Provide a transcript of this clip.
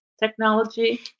technology